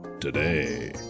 today